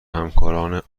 همکاران